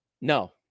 No